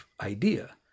idea